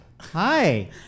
Hi